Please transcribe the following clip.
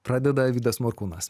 pradeda vidas morkūnas